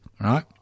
right